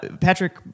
Patrick